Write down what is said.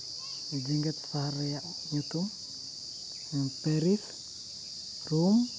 ᱡᱮᱜᱮᱛ ᱥᱟᱦᱟᱨ ᱨᱮᱭᱟᱜ ᱧᱩᱛᱩᱢ ᱯᱮᱨᱤᱥ ᱨᱳᱢ